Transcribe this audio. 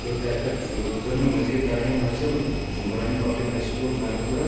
تہٕ تَتِہ پٮ۪ٹھ کٔر مےٚ مٔزیٖد تعلیٖم حٲصِل Noorani public high school Zangalpora